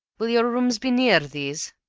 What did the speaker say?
will your rooms be near these?